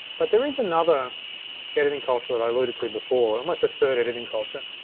but there is another editing culture that i alluded to before, almost a third editing culture.